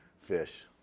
fish